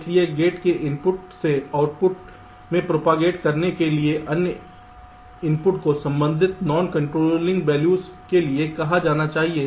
इसलिए गेट में इनपुट से आउटपुट में प्रोपागेट करने के लिए अन्य इनपुट को संबंधित नॉन कंट्रोलिंग वैल्यूज के लिए कहा जाना चाहिए